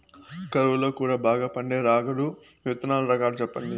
కరువు లో కూడా బాగా పండే రాగులు విత్తనాలు రకాలు చెప్పండి?